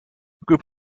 group